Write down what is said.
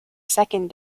second